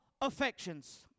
affections